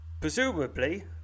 presumably